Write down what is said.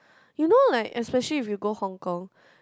you know like especially if you go Hong Kong